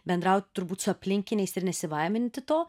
bendraut turbūt su aplinkiniais ir nesibaiminti to